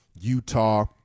Utah